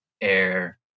air